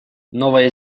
новая